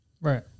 Right